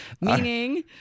Meaning